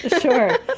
Sure